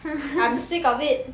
I'm sick of it